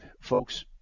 Folks